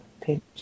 Pinch